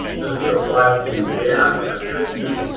this would apply to gas, electricity,